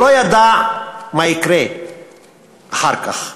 הוא לא ידע מה יקרה אחר כך,